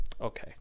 Okay